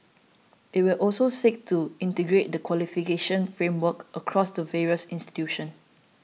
it will also seek to integrate the qualification frameworks across the various institutions